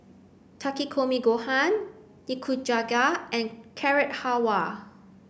Takikomi Gohan Nikujaga and Carrot Halwa